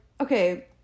okay